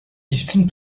discipline